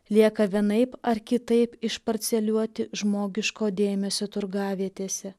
lieka vienaip ar kitaip išparceliuoti žmogiško dėmesio turgavietėse